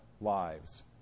lives